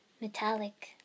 Metallic